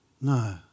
No